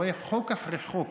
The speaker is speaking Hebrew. אתה רואה חוק אחרי חוק,